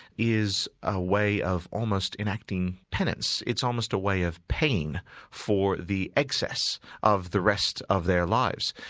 is a way of almost enacting penance. it's almost a way of paying for the excess of the rest of their lives.